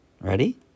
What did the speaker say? Ready